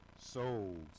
souls